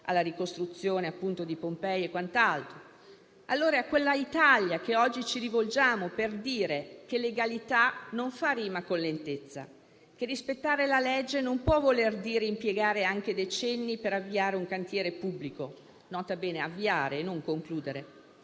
alla ricostruzione di Pompei e ad altro ancora. È a quella Italia che oggi ci rivolgiamo, per dire che legalità non fa rima con lentezza; rispettare la legge non può voler dire impiegare anche decenni per avviare un cantiere pubblico (nota bene: avviare, e non concludere);